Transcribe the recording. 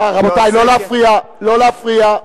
נא להציג לקריאה ראשונה.